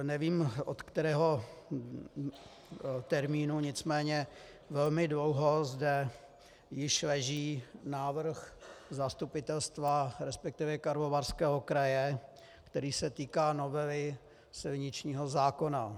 Nevím, od kterého termínu, nicméně velmi dlouho zde již leží návrh zastupitelstva, respektive Karlovarského kraje, který se týká novely silničního zákona.